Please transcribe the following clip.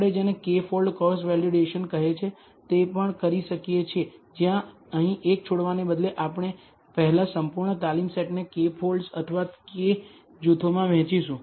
આપણે જેને K fold cross validation કહે છે તે પણ કરી શકીએ છીએ જ્યાં અહીં એક છોડવાને બદલે આપણે પહેલા સંપૂર્ણ તાલીમ સેટને K ફોલ્ડ્સ અથવા K જૂથોમાં વહેંચીશું